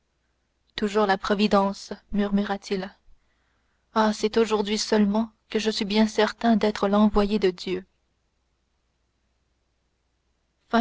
toujours la providence murmura-t-il ah c'est d'aujourd'hui seulement que je suis bien certain d'être l'envoyé de dieu